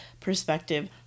perspective